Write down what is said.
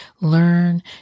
learn